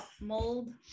mold